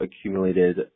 accumulated